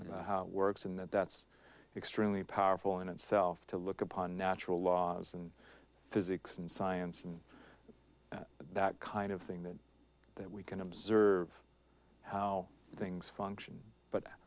and works in that that's extremely powerful in itself to look upon natural laws and physics and science and that kind of thing that that we can observe how things function but